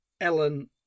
Ellen